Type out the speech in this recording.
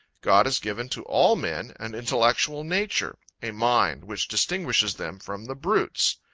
god has given to all men an intellectual nature a mind, which distinguishes them from the brutes.